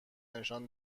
نشان